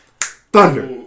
Thunder